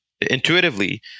intuitively